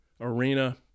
arena